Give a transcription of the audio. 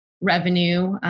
revenue